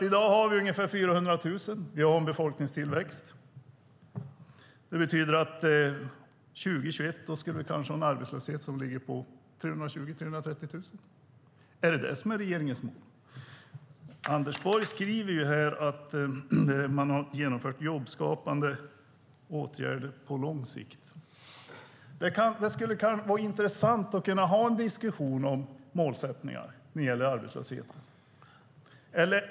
I dag har vi ungefär 400 000 arbetslösa. Vi har en befolkningstillväxt. År 2021 ska vi kanske ha en arbetslöshet på 320 000-330 000 personer. Är det detta som är regeringens mål? Anders Borg säger att man har vidtagit åtgärder som är jobbskapande på lång sikt. Det skulle vara intressant att föra en diskussion om målsättningar när det gäller arbetslösheten.